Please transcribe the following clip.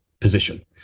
position